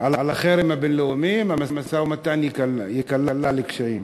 על החרם הבין-לאומי שיהיה אם המשא-ומתן ייקלע לקשיים.